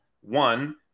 One